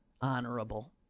honorable